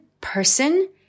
person